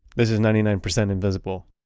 this is ninety nine percent invisible.